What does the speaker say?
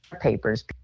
papers